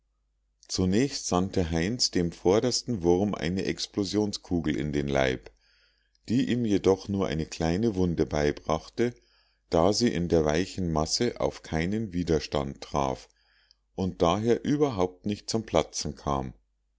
zunächst sandte heinz dem vordersten wurm eine explosionskugel in den leib die ihm jedoch nur eine kleine wunde beibrachte da sie in der weichen masse auf keinen widerstand traf und daher überhaupt nicht zum platzen kam